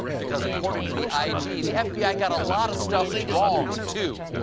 because according to the i g, the f b i. got a lot of stuff wrong, too,